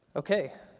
okay.